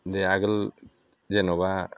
जे आगोल जेनेबा